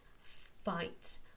fight